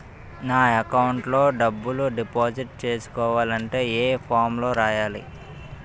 నా అకౌంట్ లో డబ్బులు డిపాజిట్ చేసుకోవాలంటే ఏ ఫామ్ లో రాయాలి?